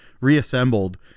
reassembled